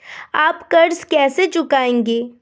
आप कर्ज कैसे चुकाएंगे?